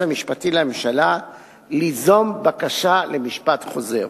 המשפטי לממשלה ליזום בקשה למשפט חוזר.